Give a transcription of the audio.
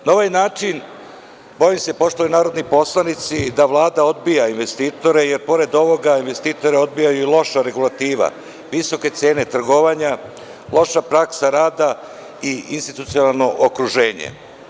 Na ovaj način, bojim se, poštovani narodni poslanici, da Vlada odbija investitore, jer pored ovoga investitore odbija i loša regulativa, visoke cene trgovanja, loša praksa rada i institucionalno okruženje.